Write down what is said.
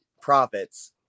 profits